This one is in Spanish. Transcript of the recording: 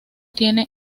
tiene